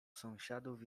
sąsiadów